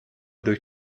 durch